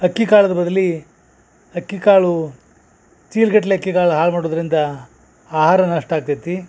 ಅಕ್ಕಿ ಕಾಳದ ಬದಲಿ ಅಕ್ಕಿ ಕಾಳು ಚೀಲ್ಗಟ್ಲೆ ಅಕ್ಕಿ ಕಾಳು ಹಾಳು ಮಾಡೋದರಿಂದ ಆಹಾರ ನಷ್ಟ ಆಗ್ತೈತಿ